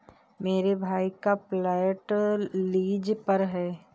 मेरे भाई का फ्लैट लीज पर है